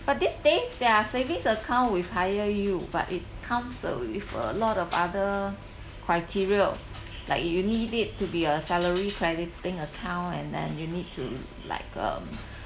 but these days there are savings account with higher yield but it comes uh with a lot of other criteria like you need it to be a salary crediting account and then you need to like um